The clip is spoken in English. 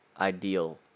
ideal